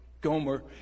Gomer